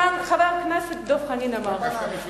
חבר הכנסת דב חנין אמר כאן,